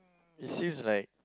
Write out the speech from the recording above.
it seems like